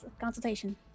consultation